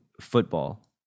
football